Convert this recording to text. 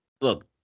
look